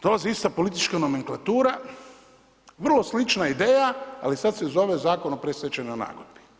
Dolazi ista politička nomenklatura, vrlo slična ideja, ali sada se zove Zakon o predstečajnoj nagodbi.